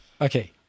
Okay